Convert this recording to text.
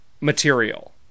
material